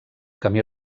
camí